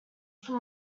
from